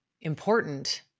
important